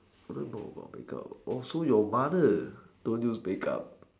I don't know about breakup oh so your mother told you breakup